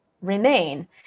remain